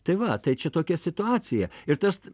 tai va tai čia tokia situacija ir tas